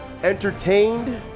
entertained